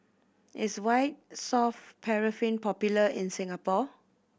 is White Soft Paraffin popular in Singapore